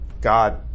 God